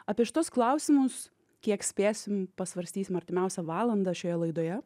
apie šituos klausimus kiek spėsim pasvarstysim artimiausią valandą šioje laidoje